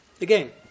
again